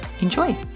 Enjoy